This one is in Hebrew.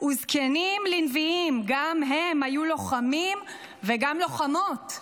"וזקנים לנביאים" גם הם היו לוחמים וגם לוחמות.